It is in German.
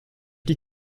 die